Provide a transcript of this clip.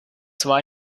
zwar